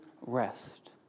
rest